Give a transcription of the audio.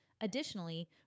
Additionally